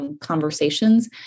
conversations